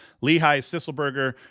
Lehigh-Sisselberger